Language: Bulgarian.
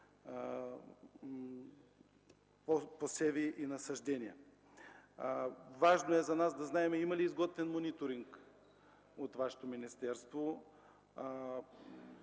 посеви и насаждения. За нас е важно да знаем има ли изготвен мониторинг от Вашето министерство.